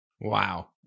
Wow